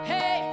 Hey